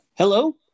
hello